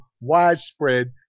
widespread